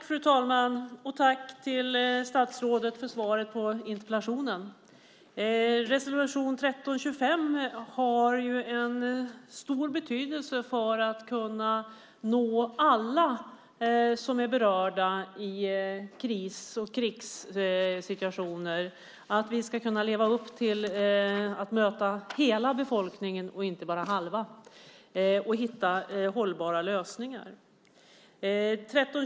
Fru talman! Tack, statsrådet, för svaret på interpellationen! Resolution 1325 har stor betydelse när det gäller att kunna nå alla som är berörda i kris och krigssituationer. Vi ska kunna leva upp till att möta hela befolkningen, och inte bara halva, och hitta hållbara lösningar. Fru talman!